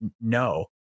no